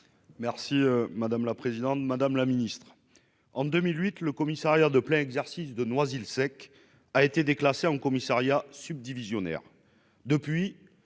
et des outre-mer. Madame la ministre, en 2008, le commissariat de plein exercice de Noisy-le-Sec a été déclassé en commissariat subdivisionnaire.